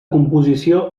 composició